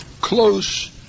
close